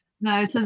No